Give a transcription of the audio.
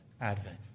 advent